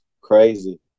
crazy